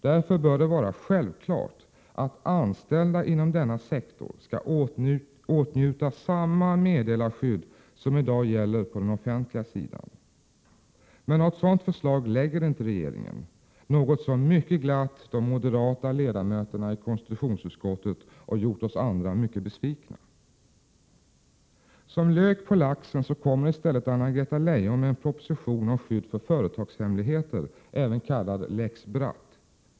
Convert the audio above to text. Därför bör det vara självklart att Är R anställda inom denna sektor skall åtnjuta samma meddelarskydd som i dag gäller på den offentliga sidan. Men något sådant förslag lägger inte regeringen fram, något som mycket glatt de moderata ledamöterna i konstitutionsutskottet och gjort oss andra mycket besvikna. Som lök på laxen kommer i stället Anna-Greta Leijon med en proposition om skydd för företagshemligheter, även kallad lex Bratt.